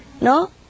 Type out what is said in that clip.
No